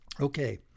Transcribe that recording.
Okay